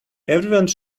everyone